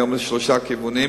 היום שלושה כיוונים.